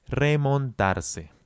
Remontarse